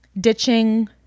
ditching